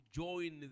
join